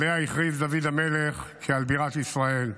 שעליה הכריז דוד המלך כעל בירת ישראל.